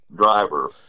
driver